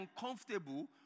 uncomfortable